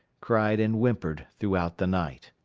cried and whimpered throughout the night.